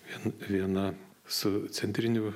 vien viena su centriniu